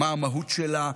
מה המהות שלה?